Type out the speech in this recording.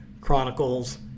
Chronicles